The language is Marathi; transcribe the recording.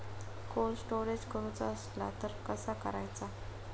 कोल्ड स्टोरेज करूचा असला तर कसा करायचा?